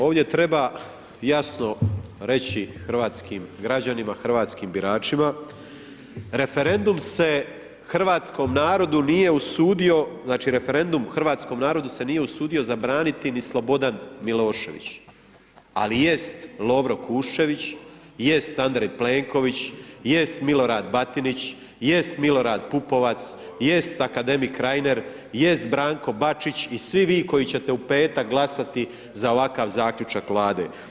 Ovdje treba jasno reći hrvatskim građanima, hrvatskim biračima, referendum se hrvatskom narodu se nije usudio, znači referendum hrvatskom narodu se nije usudio zabraniti ni Slobodan Milošević, ali jeste Lovro Kuščević, jest Andrej Plenković, jeste Milorad Batinić, jest Milorad Pupovac, jest akademik Reiner, jest Branko Bačić i svi vi koji ćete u petak glasati za ovakav zaključak Vlade.